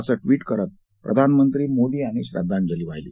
असं ट्विट करत प्रधानमंत्री मोदी यांनी श्रद्वांजली वाहिली